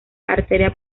arteria